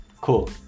cool